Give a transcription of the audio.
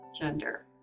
gender